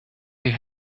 they